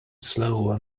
slower